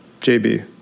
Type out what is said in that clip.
JB